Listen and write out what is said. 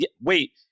Wait